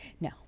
No